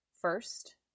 first